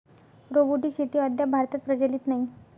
robotic शेती अद्याप भारतात प्रचलित नाही